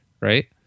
right